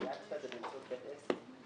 גיהצת באמצעות בית עסק.